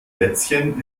lätzchen